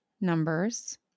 numbers